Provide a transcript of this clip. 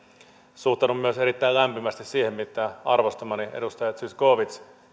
suhtaudun myös erittäin lämpimästi siihen mitä arvostamani edustaja zyskowicz